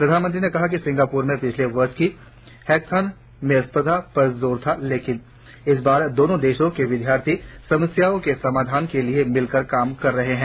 प्रधानमंत्री ने कहा कि सिंगापुर में पिछले वर्ष की हैकेथॉन में स्पर्धा पर जोर था और इस बार दोनों देशों के विद्यार्थी समस्याओं के समाधान के लिए मिलकर काम कर रहे है